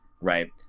right